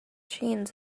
jeans